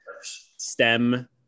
stem